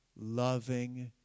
loving